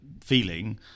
feeling